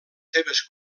seves